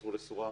וחזרו לסורם.